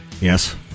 yes